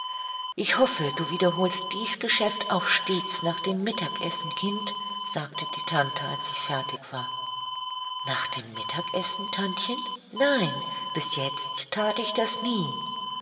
ich hoffe du wiederholst dies geschäft auch stets nach dem mittagessen kind sagte die tante als ich fertig war nach dem mittagessen tantchen nein bis jetzt that ich das nie